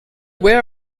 where